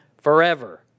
forever